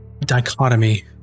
dichotomy